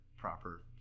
proper